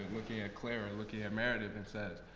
looking at claire and looking at meredith and says,